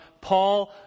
Paul